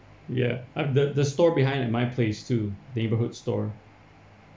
ya and the the store behind in my place too neighborhood store